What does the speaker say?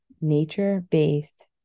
nature-based